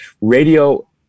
radio